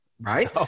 Right